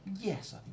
Yes